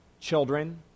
children